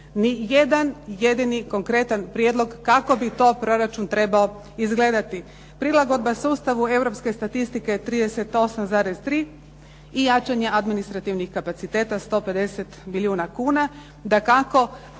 nijedan jedini konkretan prijedlog kako bi to proračun trebao izgledati. Prilagodba sustavu europske statistike je 38,3 i jačanje administrativnih kapaciteta 150 milijuna kuna. Dakako,